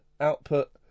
output